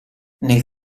nel